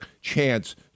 chance